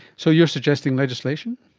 so you are suggesting legislation?